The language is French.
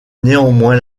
néanmoins